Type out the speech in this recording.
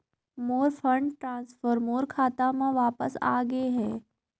मोर fund transfer मोर खाता म वापस आ गे हे